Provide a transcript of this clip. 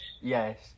Yes